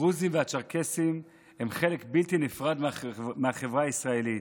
הדרוזים והצ'רקסים הם חלק בלתי נפרד מהחברה הישראלית.